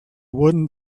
wooden